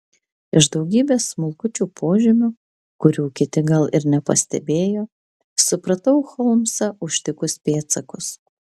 iš daugybės smulkučių požymių kurių kiti gal ir nepastebėjo supratau holmsą užtikus pėdsakus